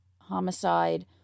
homicide